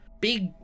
big